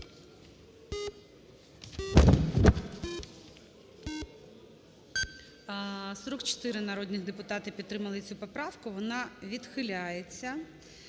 42 народних депутати підтримали цю поправку. Вона відхиляється.